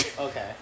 Okay